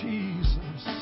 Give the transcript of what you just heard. Jesus